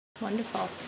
Wonderful